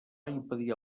impedia